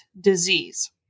disease